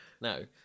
no